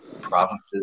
provinces